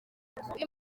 uyu